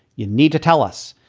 you need to tell us,